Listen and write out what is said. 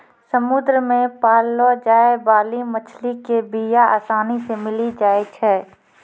समुद्र मे पाललो जाय बाली मछली के बीया आसानी से मिली जाई छै